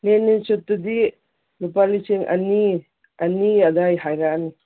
ꯂꯦꯅꯤꯟ ꯁꯨꯠꯇꯨꯗꯤ ꯂꯨꯄꯥ ꯂꯤꯁꯤꯡ ꯑꯅꯤ ꯑꯅꯤ ꯑꯗꯥꯏ ꯍꯥꯏꯔꯛꯑꯅꯤ